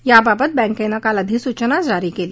याबाबत बँकेनं काल अधिसूचना जारी केली